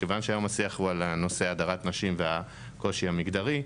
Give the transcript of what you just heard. מכיוון שהיום השיח הוא בנושא הדרת נשים והקושי המגדרי,